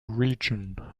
region